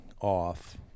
off